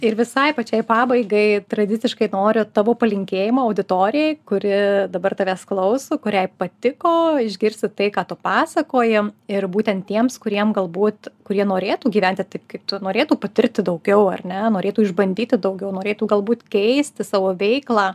ir visai pačiai pabaigai tradiciškai noriu tavo palinkėjimo auditorijai kuri dabar tavęs klauso kuriai patiko išgirsti tai ką tu pasakoji ir būtent tiems kuriem galbūt kurie norėtų gyventi taip kaip tu norėtų patirti daugiau ar ne norėtų išbandyti daugiau norėtų galbūt keisti savo veiklą